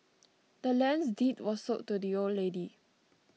the land's deed was sold to the old lady